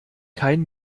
kein